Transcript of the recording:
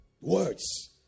Words